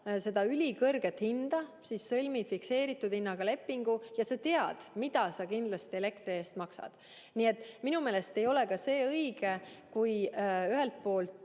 kardad ülikõrget hinda, siis sõlmi fikseeritud hinnaga leping ja sa tead, kui palju sa kindlasti elektri eest maksad. Minu meelest ei ole ka see õige, kui ühelt poolt